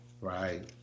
Right